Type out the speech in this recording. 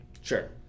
Sure